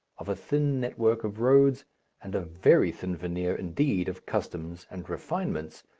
of a thin network of roads and a very thin veneer indeed of customs and refinements,